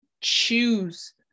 choose